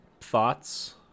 thoughts